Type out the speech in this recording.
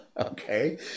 Okay